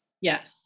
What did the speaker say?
Yes